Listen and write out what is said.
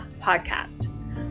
podcast